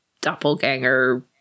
doppelganger